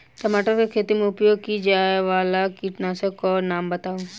टमाटर केँ खेती मे उपयोग की जायवला कीटनासक कऽ नाम बताऊ?